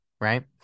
right